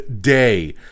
day